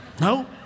No